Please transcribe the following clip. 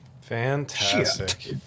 Fantastic